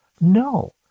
No